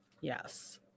Yes